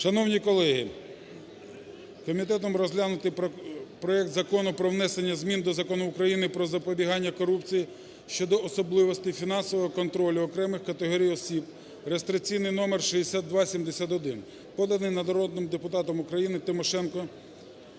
Шановні колеги, комітетом розглянутий проект Закону про внесення змін до Закону України "Про запобігання корупції" щодо особливостей фінансового контролю окремих категорій осіб (реєстраційний номер 6271), поданий народними депутатами України Тимошенко,